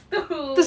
to